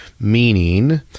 Meaning